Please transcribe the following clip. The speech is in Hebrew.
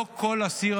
לא כל אסיר,